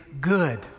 good